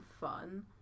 fun